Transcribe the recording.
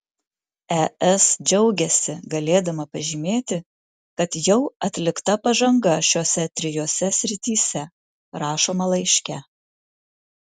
es džiaugiasi galėdama pažymėti kad jau atlikta pažanga šiose trijose srityse rašoma laiške